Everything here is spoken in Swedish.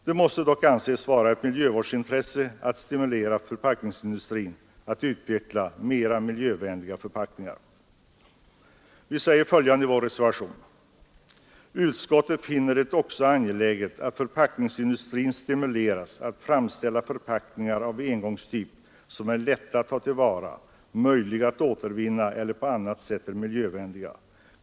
Det måste dock anses vara ett miljövårdsintresse att stimulera förpackningsindustrin att utveckla mera miljövänliga förpackningar. Vi föreslår i vår reservation följande skrivning: ”Utskottet finner det också angeläget att förpackningsindustrin stimuleras att framställa förpackningar av engångstyp som är lätta att ta till vara, möjliga att återvinna eller på annat sätt är miljövänliga.